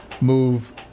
move